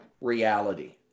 reality